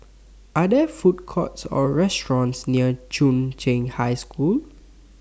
Are There Food Courts Or restaurants near Chung Cheng High School